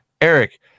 Eric